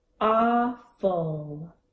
awful